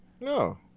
No